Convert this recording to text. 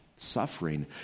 suffering